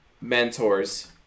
Mentors